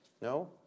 No